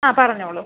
ആ പറഞ്ഞോളൂ